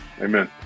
Amen